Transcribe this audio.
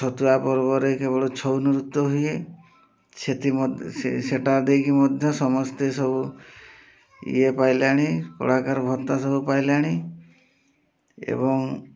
ଛତୁଆ ପର୍ବରେ କେବଳ ଛଉ ନୃତ୍ୟ ହୁଏ ସେଇଟା ଦେଇକି ମଧ୍ୟ ସମସ୍ତେ ସବୁ ଇଏ ପାଇଲାଣି କଳାକାର ଭତ୍ତା ସବୁ ପାଇଲାଣି ଏବଂ